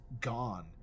gone